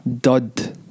Dud